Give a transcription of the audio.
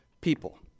people